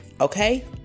okay